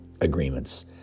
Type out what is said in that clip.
agreements